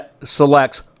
selects